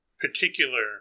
particular